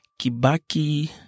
Kibaki